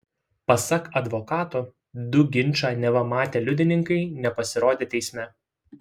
pasak advokato du ginčą neva matę liudininkai nepasirodė teisme